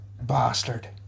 bastard